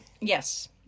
Yes